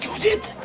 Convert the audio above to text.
did